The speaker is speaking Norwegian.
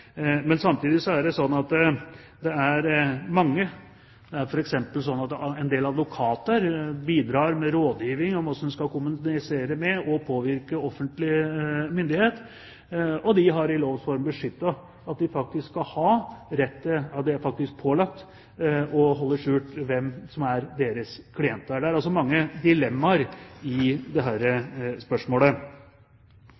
Samtidig er det slik at det er mange, f.eks. en del advokater, som bidrar med rådgivning om hvordan man skal kommunisere med og påvirke offentlig myndighet, og de har i lovs form beskyttet retten til – de er faktisk pålagt – å holde skjult hvem som er deres klienter. Det er altså mange dilemmaer ved dette spørsmålet. Så er det